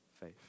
faith